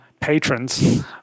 patrons